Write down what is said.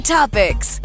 Topics